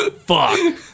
fuck